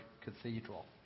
Cathedral